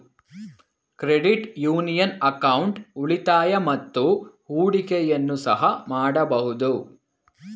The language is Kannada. ಕ್ರೆಡಿಟ್ ಯೂನಿಯನ್ ಅಕೌಂಟ್ ಉಳಿತಾಯ ಮತ್ತು ಹೂಡಿಕೆಯನ್ನು ಸಹ ಮಾಡಬಹುದು